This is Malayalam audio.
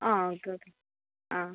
ആ ഓക്കെ ഓക്കെ ആ